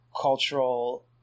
cultural